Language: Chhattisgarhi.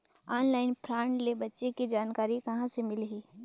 ऑनलाइन फ्राड ले बचे के जानकारी कहां ले मिलही?